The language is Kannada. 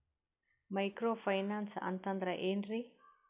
ಮೈಕ್ರೋ ಫೈನಾನ್ಸ್ ಅಂತಂದ್ರ ಏನ್ರೀ?